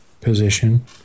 position